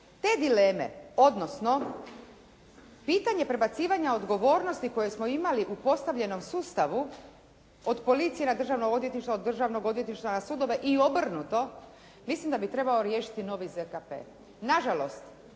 te dileme, odnosno pitanje prebacivanja odgovornosti koje smo imali u postavljenom sustavu od policije na Državno odvjetništvo, od Državnog odvjetništva na sudove i obrnuto, mislim da bi trebao riješiti novi ZKP.